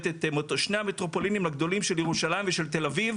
את שני המטרופולינים הגדולים של ירושלים ושל תל אביב.